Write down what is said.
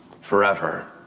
Forever